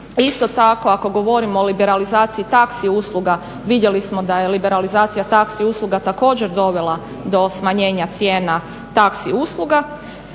Isto tako ako govorimo o liberalizaciji taksi usluga vidjeli smo da je liberalizacija taksi usluga također dovela do smanjenja cijena taksi usluga,